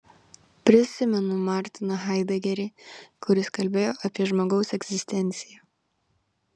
prisimenu martiną haidegerį kuris kalbėjo apie žmogaus egzistenciją